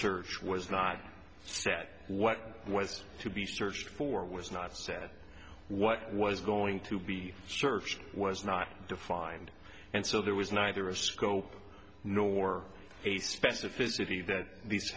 church was not set what was to be searched for was not said what was going to be searched was not defined and so there was neither a scope nor a specificity that these